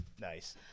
nice